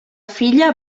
filla